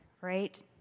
right